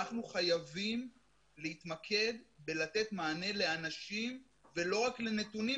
אנחנו חייבים להתמקד בלתת מענה לאנשים ולא רק לנתונים,